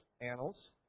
annals